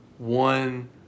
one